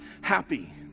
happy